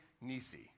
Nisi